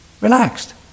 relaxed